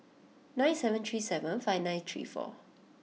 nine seven three seven five nine three four